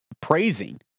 praising